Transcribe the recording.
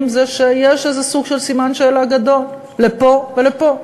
הוא שיש איזה סוג של סימן שאלה גדול לפה ולפה.